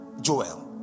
Joel